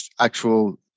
actual